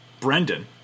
Brendan